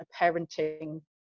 parenting